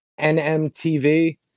NMTV